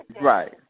Right